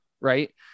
right